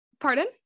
Pardon